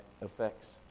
effects